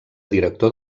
director